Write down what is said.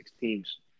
teams